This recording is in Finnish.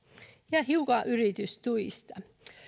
ja hiukan yritystuista